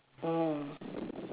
mm